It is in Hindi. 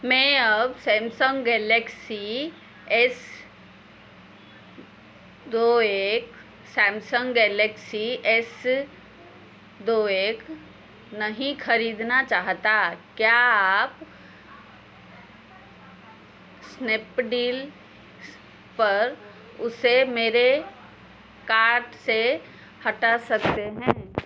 मैं अब सैमसन्ग गैलेक्सी एस दो एक सैमसन्ग गैलेक्सी एस दो एक नहीं खरीदना चाहता क्या आप स्नैपडील पर उसे मेरे कार्ड से हटा सकते हैं